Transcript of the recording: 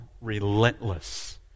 relentless